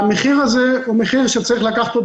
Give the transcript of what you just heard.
המחיר הזה הוא מחיר שצריך לקחת אותו